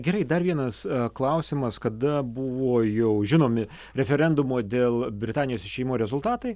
gerai dar vienas klausimas kada buvo jau žinomi referendumo dėl britanijos išėjimo rezultatai